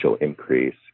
increase